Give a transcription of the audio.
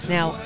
Now